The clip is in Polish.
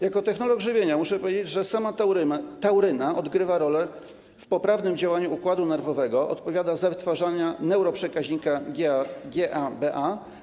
Jako technolog żywienia muszę powiedzieć, że sama tauryna odgrywa rolę w poprawnym działaniu układu nerwowego: odpowiada za wytwarzanie neuroprzekaźnika GABA.